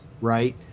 right